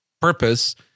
purpose